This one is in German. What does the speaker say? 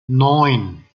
neun